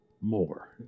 more